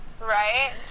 Right